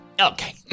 Okay